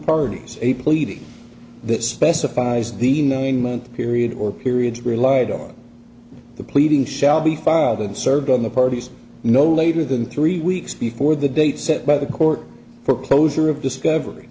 parties a pleading that specifies the nine month period or periods relied on the pleading shall be father the served on the parties no later than three weeks before the date set by the court for closer of discovery